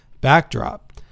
backdrop